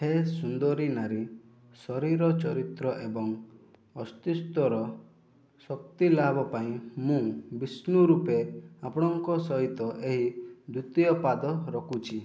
ହେ ସୁନ୍ଦରୀ ନାରୀ ଶରୀର ଚରିତ୍ର ଏବଂ ଅସ୍ତିତ୍ୱର ଶକ୍ତି ଲାଭ ପାଇଁ ମୁଁ ବିଷ୍ଣୁ ରୂପେ ଆପଣଙ୍କ ସହିତ ଏହି ଦ୍ୱିତୀୟ ପାଦ ରଖୁଛି